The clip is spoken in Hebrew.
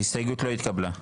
ההסתייגות לא התקבלה.